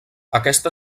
aquesta